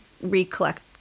recollect